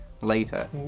later